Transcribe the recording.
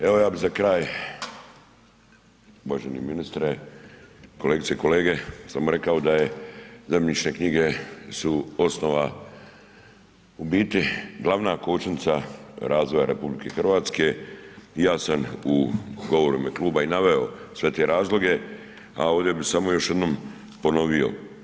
Evo ja bih za kraj, uvaženi ministre, kolegice i kolege, samo rekao da je zemljišne knjige su osnova, u biti glavna kočnica razvoja RH i ja sam u govoru i ime kluba i naveo sve te razloge, a ovdje bih samo još jednom ponovio.